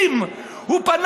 שאומר